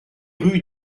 rue